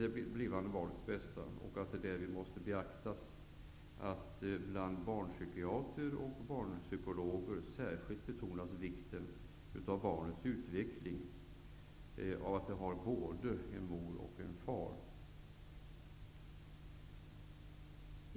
Därvid måste det beaktas att barnpsykiater och barnpsykologer för barnets utveckling särskilt betonar vikten av att det har både en mor och en far.